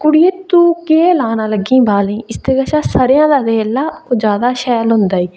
कुड़िये तू केह् लाना लग्गी बालें इसदे कशा सरेआं दा तेल ला ओ जैदा शैल होंदा ई